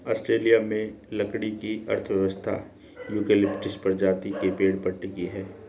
Australia में लकड़ी की अर्थव्यवस्था यूकेलिप्टस प्रजाति के पेड़ पर टिकी है